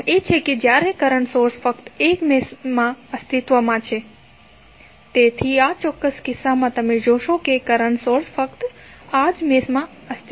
પ્રથમ એ છે કે જ્યારે કરંટ સોર્સ ફક્ત એક મેશમાં અસ્તિત્વમાં છે તેથી આ ચોક્કસ કિસ્સામાં તમે જોશો કે કરંટ સોર્સ ફક્ત આ જ મેશમાં અસ્તિત્વમાં છે